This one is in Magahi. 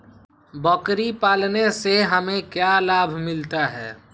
बकरी पालने से हमें क्या लाभ मिलता है?